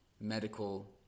medical